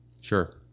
Sure